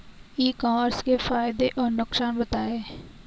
ई commerce के फायदे और नुकसान बताएँ?